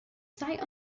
sight